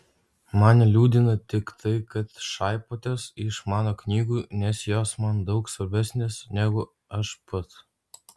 mane liūdina tik tai kad šaipotės iš mano knygų nes jos man daug svarbesnės negu aš pats